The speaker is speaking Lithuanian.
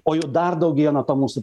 o jų dar daugėja nuo to mūsų